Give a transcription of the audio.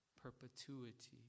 perpetuity